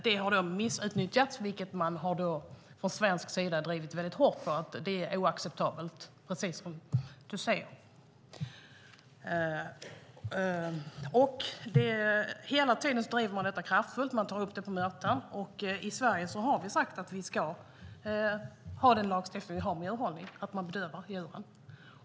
Det har missutnyttjats, vilket man från svensk sida har sagt är oacceptabelt, precis som Richard Jomshof säger. Hela tiden driver Sverige detta kraftfullt och tar upp det på möten. I Sverige har vi sagt att vi ska ha den lagstiftning vi har för djurhållning, att djuren ska bedövas före slakt.